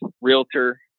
realtor